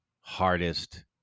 hardest